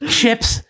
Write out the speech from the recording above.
chips